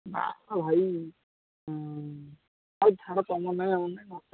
ବା ଭାଈ ଛାଡ଼ ଛଡ଼ ତୁମର ନାଇଁ ଆମର ନାଇଁ ନଅଟଙ୍କା